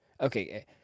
Okay